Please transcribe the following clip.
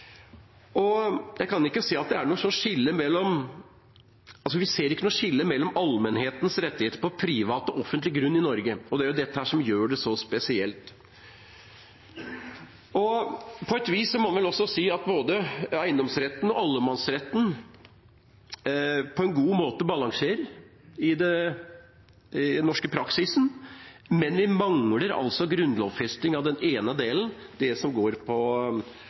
Vi ser ikke noe skille mellom allmennhetens rettigheter på privat og offentlig grunn i Norge, og det er jo dette som gjør det så spesielt. På et vis må en vel si at både eiendomsretten og allemannsretten på en god måte balanserer i den norske praksisen. Men vi mangler grunnlovfesting av den ene delen, det som går på